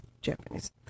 Japanese